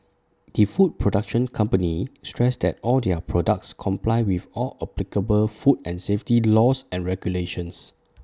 the food production company stressed that all their products comply with all applicable food and safety laws and regulations